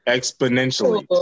Exponentially